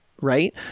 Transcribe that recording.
right